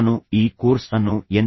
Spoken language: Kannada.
ನಾನು ಈ ಕೋರ್ಸ್ ಅನ್ನು ಎನ್